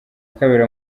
kabiri